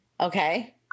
Okay